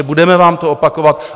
Budeme vám to opakovat.